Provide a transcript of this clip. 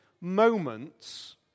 moments